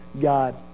God